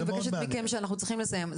אנחנו צריכים לסיים.